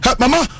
mama